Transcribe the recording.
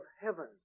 heaven